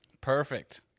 Perfect